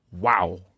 wow